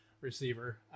receiver